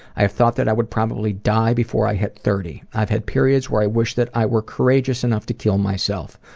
i have thought that i would probably die before i hit thirty. i have had periods where i wish that i were courageous enough to kill myself.